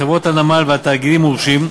חברות הנמל ותאגידים מורשים,